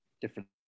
different